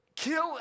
Kill